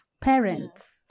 Parents